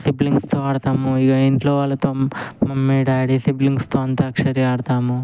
సిబ్లింగ్స్తో ఆడుతాము ఇక ఇంట్లో వాళ్ళతో మమ్మీ డాడీ సిబ్లింగ్స్తో అంత్యాక్షరి ఆడుతాము